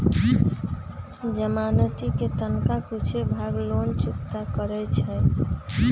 जमानती कें तनका कुछे भाग लोन चुक्ता करै छइ